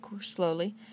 slowly